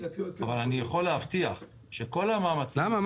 אני יכול להבטיח שכל המאמצים למה?